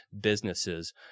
businesses